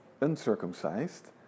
uncircumcised